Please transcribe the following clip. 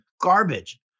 garbage